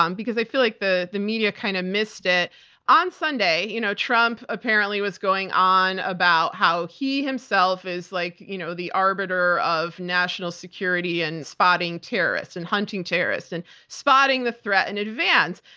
um because i feel like the the media kind of missed it on sunday. you know trump apparently was going on about how he himself is like you know the arbiter of national security and spotting terrorists and hunting terrorists and spotting the threat in and advance.